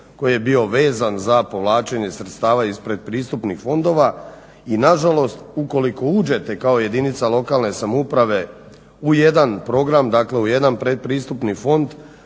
koji je bio vezan za povlačenje sredstava iz pretpristupnih fondova i nažalost ukoliko uđete kao jedinica lokalne samouprave u jedan program, dakle u jedan pretpristupni fond